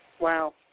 Wow